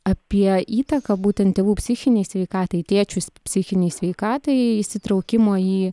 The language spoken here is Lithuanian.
apie įtaką būtent tėvų psichinei sveikatai tėčių psichinei sveikatai įsitraukimo į